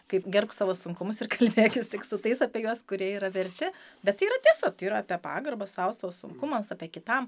kaip gerbk savo sunkumus ir kalbėkis tik su tais apie juos kurie yra verti bet yra tiesa tai yra apie pagarbą sau savo sunkumams apie kitam